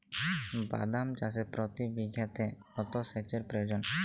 বাদাম চাষে প্রতি বিঘাতে কত সেচের প্রয়োজন?